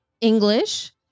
English